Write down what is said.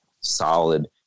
solid